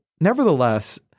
nevertheless